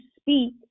speak